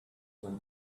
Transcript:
when